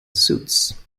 suits